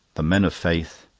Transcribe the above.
the men of faith,